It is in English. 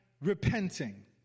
repenting